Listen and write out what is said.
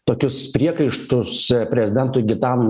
tokius priekaištus prezidentui gitanui